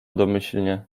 domyślnie